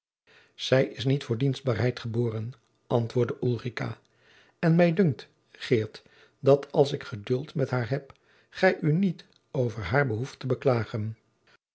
zij is niet voor dienstbaarheid geboren antwoordde ulrica en mij dunkt geert dat als ik geduld met haar heb gij u niet over haar behoeft te beklagen